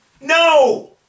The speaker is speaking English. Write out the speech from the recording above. No